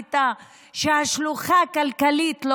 הטענה הייתה שהשלוחה לא טובה כלכלית.